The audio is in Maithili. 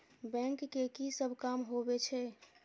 बैंक के की सब काम होवे छे?